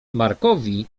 markowi